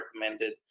recommended